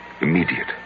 immediate